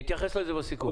נתייחס לזה בסיכום.